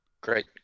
Great